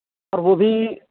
اور وہ بھی